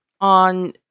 on